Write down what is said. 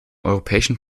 europäischen